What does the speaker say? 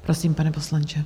Prosím, pane poslanče.